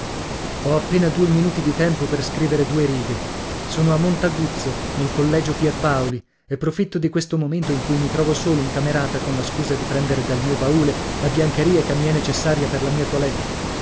ho appena due minuti di tempo per scrivere due righe sono a montaguzzo nel collegio pierpaoli e profitto di questo momento in cui mi trovo solo in camerata con la scusa di prendere dal mio baule la biancheria che mi è necessaria per la mia toilette